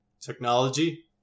technology